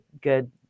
good